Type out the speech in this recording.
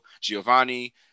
Giovanni